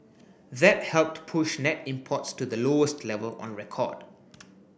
that helped push net imports to the lowest level on record